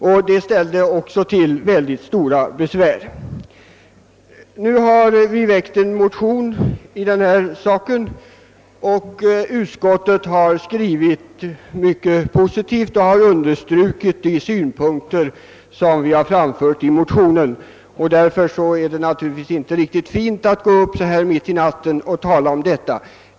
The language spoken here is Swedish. Detta ställde också till mycket stora besvär. Vi har några stycken riksdagsledamöter väckt en motion där existensminimum vid införsel tas upp. Utskottet har skrivit mycket positivt om motionen och har understrukit de synpunkter som vi där framfört. Det är därför naturligtvis inte riktigt fint att begära ordet i detta ärende så här mitt i natten.